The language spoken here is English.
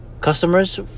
customers